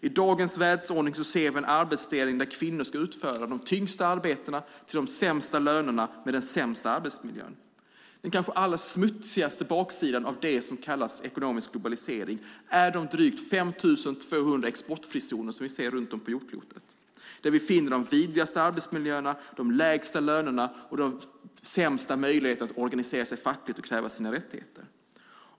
I dagens världsordning ser vi en arbetsdelning där kvinnor ska utföra de tyngsta arbetena till de lägsta lönerna och med den sämsta arbetsmiljön. Den kanske allra smutsigaste baksidan av det som kallas ekonomisk globalisering är de drygt 5 200 exportfrizoner som finns världen över. Där finner vi de vidrigaste arbetsmiljöerna, de lägsta lönerna och de sämsta möjligheterna att organisera sig fackligt och kräva sina rättigheter.